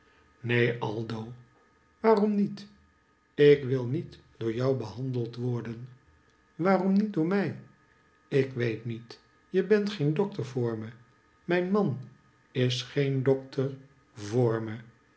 neen aldo waarom niet ik wil niet door jou behandeld worden waarom niet door mij ik weet niet je bent geen dokter voor me mijn man is geen dokter